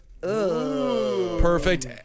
Perfect